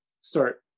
start